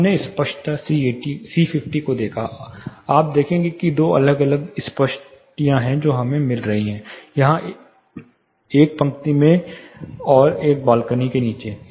हमने स्पष्टता c50 को देखा आप देखेंगे कि दो अलग अलग स्पष्टियाँ हैं जो हमें मिल रही हैं यहाँ एक पंक्तियों में और यह एक बालकनी के नीचे है